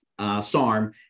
SARM